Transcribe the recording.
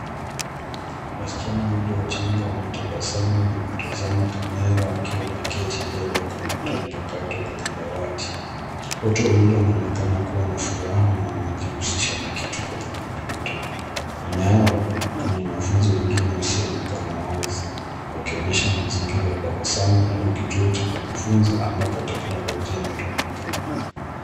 Wasichana wawili wachanga wametabasamu na kutazama kamera wakiwa wameketi mbele ya kompyuta mpakato kwenye dawati. Wote wawili wanaonekana kuwa na furaha na wanajihusisha na kitu kwenye kompyuta. Nyuma yao, kuna wanafunzi wengine wasioonekana wazi, wakionyesha mazingira ya darasani au kituo cha kujifunza ambapo teknolojia inatumika.